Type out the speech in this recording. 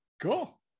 Cool